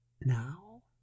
Now